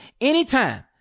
anytime